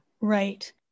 right